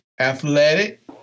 athletic